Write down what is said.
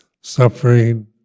Suffering